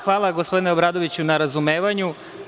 Hvala gospodine Obradoviću na razumevanju.